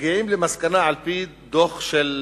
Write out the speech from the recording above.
מגיעים למסקנה, על-פי דוחות של